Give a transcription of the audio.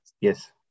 Yes